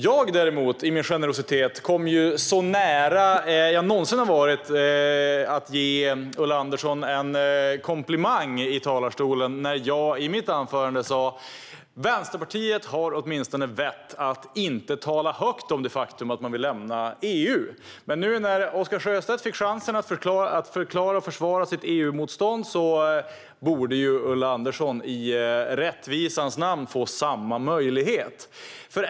Jag däremot kom i min generositet så nära jag någonsin har varit att ge Ulla Andersson en komplimang i talarstolen när jag i mitt anförande sa att Vänsterpartiet åtminstone har vett att inte tala högt om det faktum att man vill lämna EU. Men nu när Oscar Sjöstedt fick chansen att förklara och försvara sitt EU-motstånd borde Ulla Andersson i rättvisans namn få samma möjlighet.